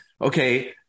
okay